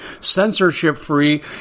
censorship-free